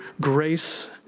grace